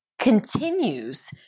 continues